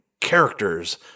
characters